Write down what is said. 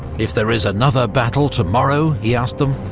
if there is another battle tomorrow, he asked them,